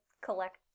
collect